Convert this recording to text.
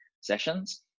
sessions